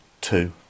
Two